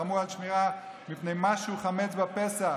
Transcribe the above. נלחמו על שמירה מפני מה שהוא חמץ בפסח,